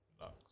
Lux